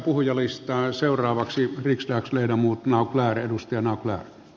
tämä on seuraavaksi riksdagsleda muu tulee edustajan tärkeää